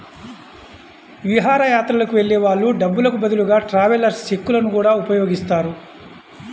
విహారయాత్రలకు వెళ్ళే వాళ్ళు డబ్బులకు బదులుగా ట్రావెలర్స్ చెక్కులను గూడా ఉపయోగిస్తారు